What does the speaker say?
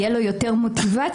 תהיה לו יותר מוטיבציה,